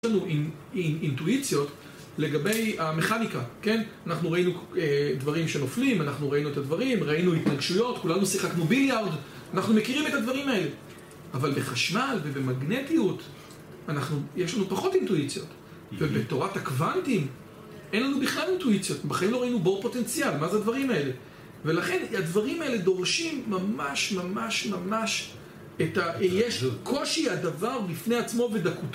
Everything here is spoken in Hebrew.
יש לנו אינטואיציות לגבי המכניקה, כן? אנחנו ראינו דברים שנופלים אנחנו ראינו את הדברים, ראינו התנגשויות כולנו שיחקנו ביליארד, אנחנו מכירים את הדברים האלה אבל בחשמל ובמגנטיות יש לנו פחות אינטואיציות ובתורת הקוונטים אין לנו בכלל אינטואיציות בחיים לא ראינו בור פוטנציאל, מה זה הדברים האלה? ולכן הדברים האלה דורשים ממש ממש ממש יש קושי הדבר לפני עצמו ודקותו